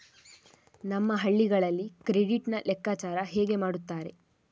ನಮ್ಮ ಹಳ್ಳಿಗಳಲ್ಲಿ ಕ್ರೆಡಿಟ್ ನ ಲೆಕ್ಕಾಚಾರ ಹೇಗೆ ಮಾಡುತ್ತಾರೆ?